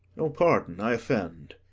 pardon i offend.